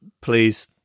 Please